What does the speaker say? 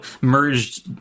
merged